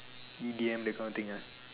E_D_M that kind of thing ah